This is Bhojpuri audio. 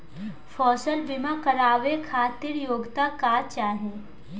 फसल बीमा करावे खातिर योग्यता का चाही?